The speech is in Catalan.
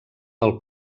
del